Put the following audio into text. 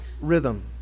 rhythm